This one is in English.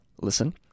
listen